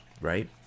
right